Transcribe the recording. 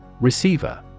Receiver